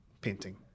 painting